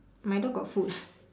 my dog got food